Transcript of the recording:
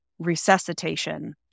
resuscitation